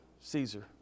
Caesar